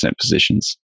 positions